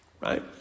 Right